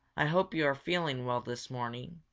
i hope you are feeling well this morning,